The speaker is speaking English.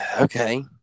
Okay